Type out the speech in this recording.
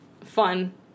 fun